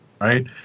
Right